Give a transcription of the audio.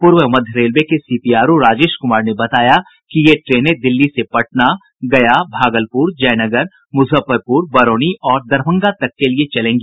पूर्व मध्य रेलवे के सीपीआरओ राजेश कुमार ने बताया कि ये ट्रेनें दिल्ली से पटना गया भागलपुर जयनगर मुजफ्फरपुर बरौनी और दरभंगा तक के लिये चलेंगी